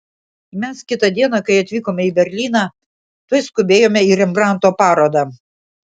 mes kitą dieną kai atvykome į berlyną tuoj skubėjome į rembrandto parodą